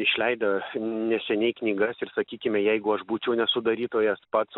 išleidę neseniai knygas ir sakykime jeigu aš būčiau ne sudarytojas pats